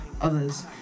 others